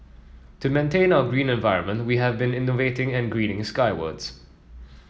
to maintain our green environment we have been innovating and greening skywards